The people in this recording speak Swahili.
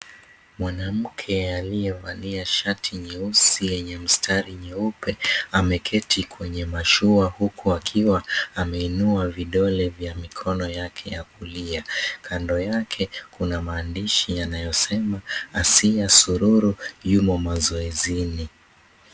Mwanamke aliyevalia shati nyeusi yenye mstari nyeupe, ameketi kwenye mashua, huku akiwa ameinua vidole vya mikono yake ya kulia. Kando yake kuna maandishi yanayosema, Asiya Sururu yumo mazoezini.